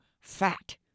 fat